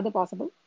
possible